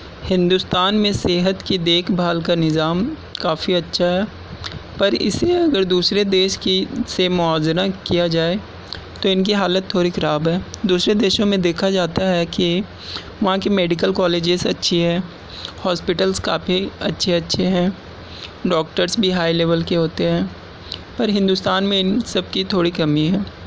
ہندوستان میں صحت کی دیکھ بھال کا نظام کافی اچھا ہے پر اسے اگر دوسرے دیش کی سے موازنہ کیا جائے تو ان کی حالت تھوڑی خراب ہے دوسرے دیشوں میں دیکھا جاتا ہے کہ وہاں کی میڈیکل کالیجز اچھی ہے ہاسپیٹلس کافی اچھے اچھے ہیں ڈاکٹرس بھی ہائی لیول کے ہوتے ہیں پر ہندوستان میں ان سب کی تھوڑی کمی ہے